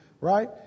right